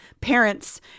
parents